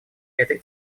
этой